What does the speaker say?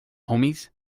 homies